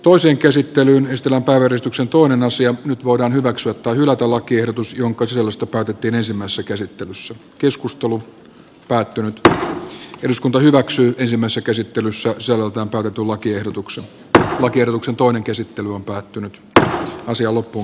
toisen käsittelyn estellä yhdistyksen toinen nyt voidaan hyväksyä tai hylätä lakiehdotus jonka sisällöstä päätettiin ensimmäisessä käsittelyssä keskustelu kaatunut eduskunta hyväksyy ensimmäisen käsittelyssä iso luuta on todettu lakiehdotukset tää on kierroksen toinen käsittely on päättynyt ja asia loppuun